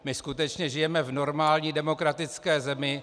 My skutečně žijeme v normální demokratické zemi.